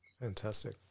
Fantastic